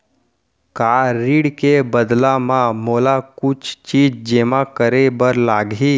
का ऋण के बदला म मोला कुछ चीज जेमा करे बर लागही?